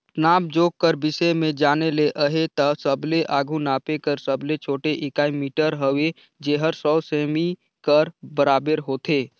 नाप जोख कर बिसे में जाने ले अहे ता सबले आघु नापे कर सबले छोटे इकाई मीटर हवे जेहर सौ सेमी कर बराबेर होथे